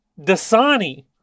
Dasani